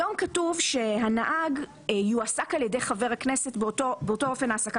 היום כתוב שהנהג יועסק על ידי חבר הכנסת באותו אופן העסקה